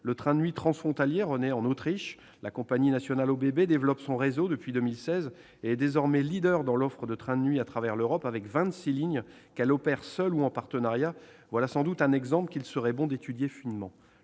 le train de nuit transfrontalier renaît en Autriche : la compagnie nationale ÖBB développe son réseau depuis 2016. Elle est désormais leader dans l'offre de trains de nuit à travers l'Europe, avec vingt-six lignes, qu'elle opère seule ou en partenariat. Voilà un exemple qu'il serait bon d'étudier finement.